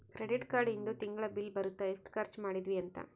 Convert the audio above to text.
credit card ಇಂದು ತಿಂಗಳ bill ಬರುತ್ತ ಎಸ್ಟ ಖರ್ಚ ಮದಿದ್ವಿ ಅಂತ